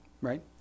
right